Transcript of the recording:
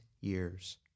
years